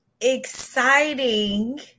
exciting